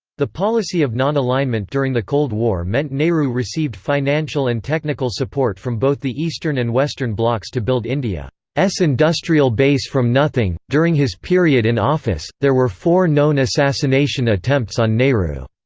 the policy of non-alignment during the cold war meant nehru received financial and technical support from both the eastern and western blocs to build india's industrial base from nothing during his period in office, there were four known assassination attempts on nehru.